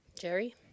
Jerry